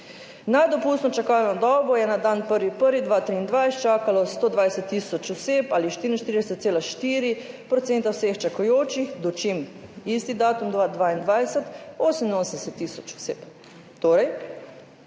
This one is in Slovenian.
Nad dopustno čakalno dobo je na dan 1. 1. 2023 čakalo 120 tisoč oseb ali 44,4 % vseh čakajočih, dočim isti datum 2022 88 tisoč oseb.